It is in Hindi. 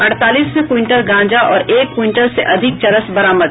अड़तालीस क्विंटल गांजा और एक क्विंटल से अधिक चरस बरामद